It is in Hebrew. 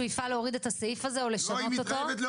יפעל להוריד את הסעיף הזה או לשנות אותו.